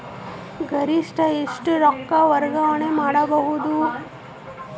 ಗರಿಷ್ಠ ಎಷ್ಟು ರೊಕ್ಕ ವರ್ಗಾವಣೆ ಮಾಡಬಹುದು?